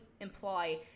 imply